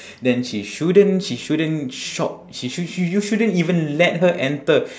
then she shouldn't she shouldn't shop she sh~ y~ you shouldn't even let her enter